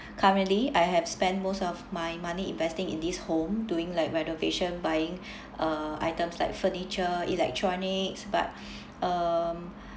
currently I have spent most of my money investing in this home doing like renovation buying uh items like furniture electronics but um